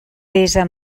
pesa